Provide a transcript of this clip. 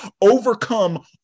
overcome